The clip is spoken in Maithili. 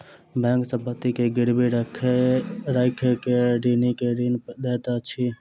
बैंक संपत्ति के गिरवी राइख के ऋणी के ऋण दैत अछि